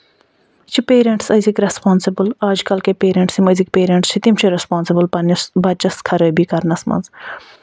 یہِ چھِ پٮ۪رٮ۪نٹٔس أزِکۍ رٮ۪سپانسِبٔل آج کَل کے پٮ۪رٮ۪نٹٔس یِم أزِکۍ پٮ۪رٮ۪نٹٔس چھِ تِم چھِ رٮ۪سپانسِبٔل پَنٕنِس بَچَس خرٲبی کَرںس منٛز